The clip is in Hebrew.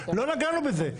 לא נגענו בזה.